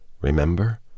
remember